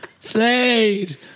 Slade